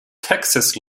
texas